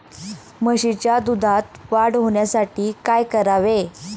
म्हशीच्या दुधात वाढ होण्यासाठी काय करावे?